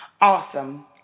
Awesome